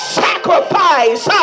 sacrifice